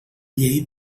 llei